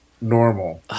normal